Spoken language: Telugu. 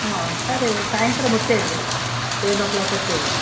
సరే సాయంత్రం వచ్చేయండి సెవన్ ఓ క్లాక్కి వచ్చేయండి